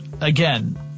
again